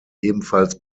ebenfalls